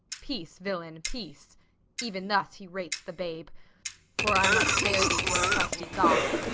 peace, villain, peace even thus he rates the babe for i must bear thee to a trusty goth,